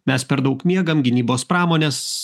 mes per daug miegam gynybos pramonės